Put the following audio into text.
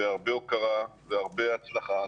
זה הרבה הוקרה, זה הרבה הצלחה.